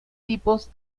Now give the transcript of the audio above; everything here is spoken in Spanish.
tipos